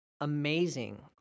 amazing